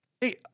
hey